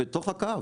בתוך הקו.